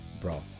Bro